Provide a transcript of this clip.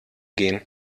gehen